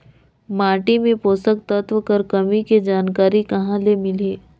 माटी मे पोषक तत्व कर कमी के जानकारी कहां ले मिलही?